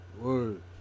Word